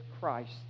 Christ